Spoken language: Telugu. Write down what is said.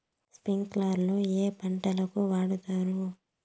స్ప్రింక్లర్లు ఏ పంటలకు వాడుతారు?